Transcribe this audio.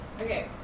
Okay